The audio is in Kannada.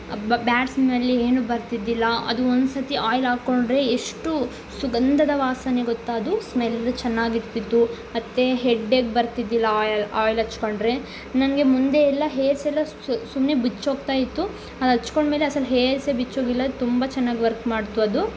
ಬ್ಯಾಡ್ ಸ್ಮೆಲ್ ಏನೂ ಬರ್ತಿದ್ದಿಲ್ಲ ಅದು ಒಂದು ಸತಿ ಆಯಿಲ್ ಹಾಕೊಂಡ್ರೆ ಎಷ್ಟು ಸುಗಂಧದ ವಾಸನೆ ಗೊತ್ತಾ ಅದು ಸ್ಮೆಲ್ಲ್ ಚೆನ್ನಾಗಿರ್ತಿತ್ತು ಮತ್ತು ಹೆಡ್ಡೇಕ್ ಬರ್ತಿದ್ದಿಲ್ಲ ಆಯ್ ಆಯಿಲ್ ಹಚ್ಕೊಂಡ್ರೆ ನನಗೆ ಮುಂದೆ ಎಲ್ಲ ಹೇರ್ಸ್ ಎಲ್ಲ ಸುಮ್ಮನೆ ಬಿಚ್ಚೋಗ್ತಾ ಇತ್ತು ಅದು ಹಚ್ಕೊಂಡ್ಮೇಲೆ ಅಸಲು ಹೇರ್ಸೆ ಬಿಚ್ಚೋಗಿಲ್ಲ ತುಂಬ ಚೆನ್ನಾಗಿ ವರ್ಕ್ ಮಾಡಿತು ಅದು